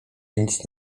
nic